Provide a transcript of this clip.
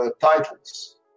titles